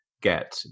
get